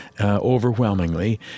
overwhelmingly